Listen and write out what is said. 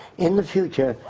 in the future,